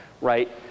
right